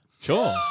Sure